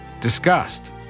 Disgust